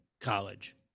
college